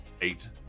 eight